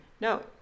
No